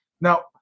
Now